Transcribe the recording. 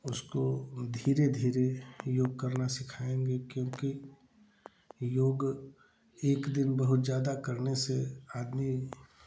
उसको धीरे धीरे योग करना सिखाएँगे क्योंकि योग एक दिन बहुत ज़्यादा करने से आदमी